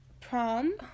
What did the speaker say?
prom